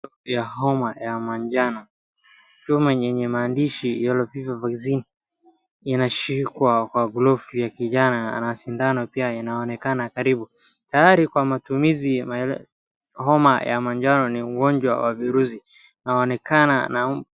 Homa ya manjano. Chupa yenye maadishi yellow fever vaccine inashikwa kwa glovu ya kijani ana sindano pia inaonekana karibu, tayari kwa matumizi. Homa ya manjano ni ugonjwa wa virusi .